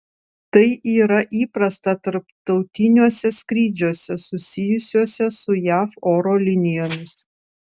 tai yra įprasta tarptautiniuose skrydžiuose susijusiuose su jav oro linijomis